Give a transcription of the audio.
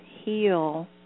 heal